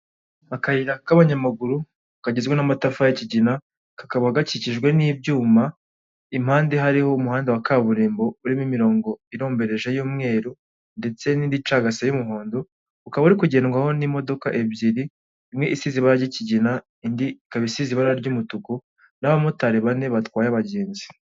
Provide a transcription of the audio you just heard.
Akayira k'abanyamahuru, kagizwe n'amatafari y'kigina, kakaba gakikijwe n'ibyuma, impande hariho umuhanda wa kaburimbo, urimo imirongo irombereje y'umweru ndetse n'indi icagase y'umuhondo, ukaba uri kugendwaho n'imodoka ebyiri, imwe isize ibara ry'ikigina, indi ikaba isize ibara ry'umutuku, n'abamotari bane batwaye abagenzi.